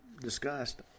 discussed